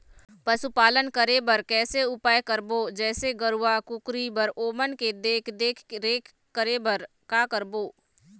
पशुपालन करें बर कैसे उपाय करबो, जैसे गरवा, कुकरी बर ओमन के देख देख रेख करें बर का करबो?